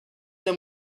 them